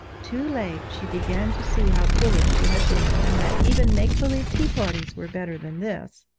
too late, she began to see how foolish she had been, and that even make-believe tea-parties were better than this.